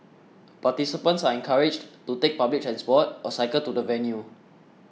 participants are encouraged to take public transport or cycle to the venue